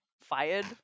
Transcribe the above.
fired